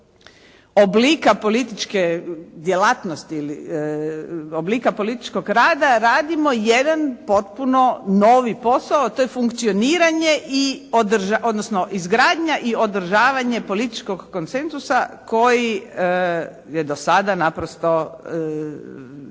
oblika političke djelatnosti ili oblika političkog rada radimo jedan potpuno novi posao. To je funkcioniranje i, odnosno izgradnja i održavanje političkog konsenzusa koji je do sada naprosto